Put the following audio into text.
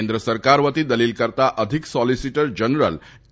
કેન્દ્ર સરકાર વતી દલીલ કરતા અધિક સોલીસીટર જનરલ કે